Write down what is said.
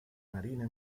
marina